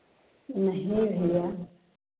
नहीं भैया